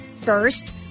First